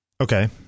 Okay